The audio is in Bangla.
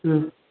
হুম